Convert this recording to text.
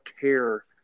care